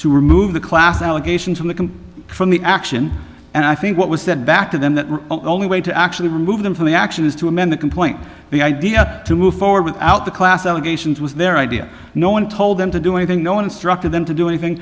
to remove the class allegations from the can from the action and i think what was that back to them the only way to actually remove them from the action is to amend the complaint the idea to move forward without the class allegations was their idea no one told them to do anything no one instructed them to do anything